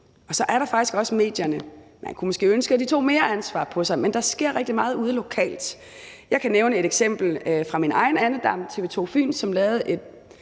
Så er der faktisk også medierne. Man kunne måske ønske, at de tog mere ansvar på sig, men der sker rigtig meget ude lokalt. Jeg kan nævne et eksempel fra min egen andedam, TV 2 Fyn, som lavede et